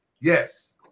Yes